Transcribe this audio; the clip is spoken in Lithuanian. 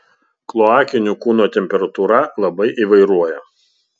kloakinių kūno temperatūra labai įvairuoja